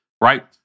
right